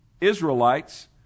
Israelites